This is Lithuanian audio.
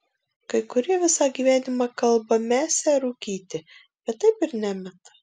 kai kurie visą gyvenimą kalba mesią rūkyti bet taip ir nemeta